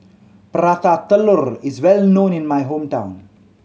Prata Telur is well known in my hometown